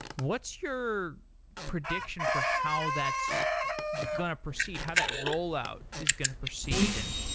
what's your prediction for how that's going to proceed, how that roll out is going to proceed? and